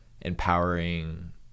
Empowering